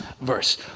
verse